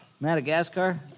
Madagascar